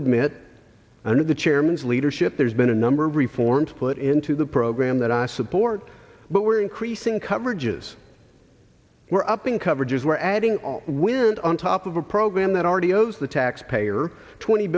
admit under the chairman's leadership there's been a number of reforms put into the program that i support but we're increasing coverages we're upping coverages we're adding wind on top of a program that already owes the taxpayer twenty